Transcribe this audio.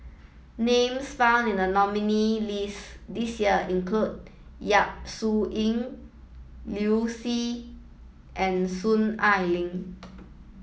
names found in the nominees' list this year include Yap Su Yin Liu Si and Soon Ai Ling